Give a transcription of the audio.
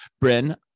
Bryn